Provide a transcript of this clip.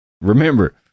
Remember